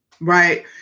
right